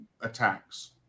attacks